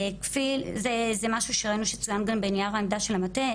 זה משהו שראינו שצוין גם בנייר העמדה של המטה.